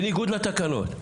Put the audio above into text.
בניגוד לתקנות.